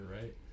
right